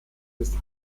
ist